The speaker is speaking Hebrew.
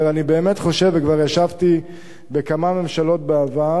אני באמת חושב, וכבר ישבתי בכמה ממשלות בעבר,